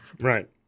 Right